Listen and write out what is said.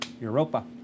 Europa